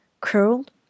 curled